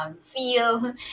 feel